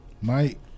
Mike